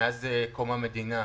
מאז קום המדינה,